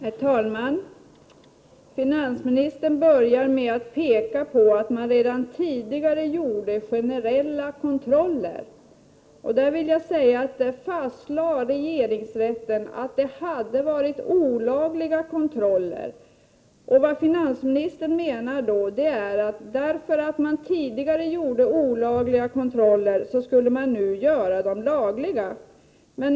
Herr talman! Finansministern börjar med att peka på att man redan tidigare gjorde generella kontroller. I det avseendet fastslår regeringsrätten att det hade varit olagliga kontroller. Och vad finansministern menar är, att därför att man tidigare gjorde olagliga kontroller skulle man nu göra dem lagliga.